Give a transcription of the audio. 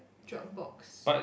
Dropbox